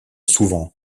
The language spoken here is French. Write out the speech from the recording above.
souvent